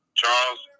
Charles